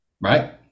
right